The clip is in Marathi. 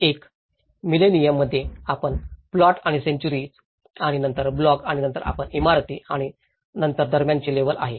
एक मिलेनिअम मध्ये आपण प्लॉट आणि सेन्चुरीएस आणि नंतर ब्लॉक आणि नंतर आपण इमारती आणि नंतर दरम्यानचे लेवल आहे